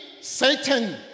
satan